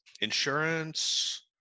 insurance